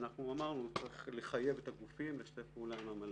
אמרנו שצריך לחייב את הגופים לשתף פעולה עם המל"ל.